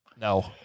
No